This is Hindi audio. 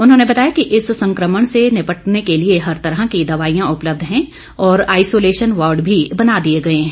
उन्होंने बताया कि इस संक्रमण से निपटने के लिए हर तरह की दवाईयां उपलब्ध है और आइसोलेशन वार्ड भी बना दिए गए हैं